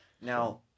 Now